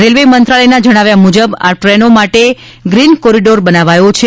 railway મંત્રાલયના જણાવ્યા મુજબ આ ટ્રેનો માટે ગ્રીન કોરીડોર બનાવાયો છે